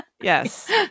Yes